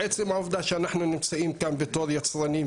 עצם העובדה שאנחנו נמצאים כאן בתור יצרנים,